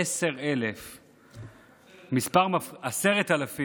עשר אלף, עשרת אלפים.